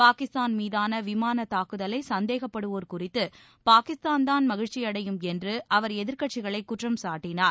பாகிஸ்தான் மீதான விமானத் தாக்குதலை சந்தேகப்படுவோர் குறித்து பாகிஸ்தான்தான் மகிழ்ச்சி அடையும் என்று அவர் எதிர்க்கட்சிகளை குற்றம் சாட்டினார்